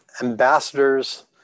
ambassadors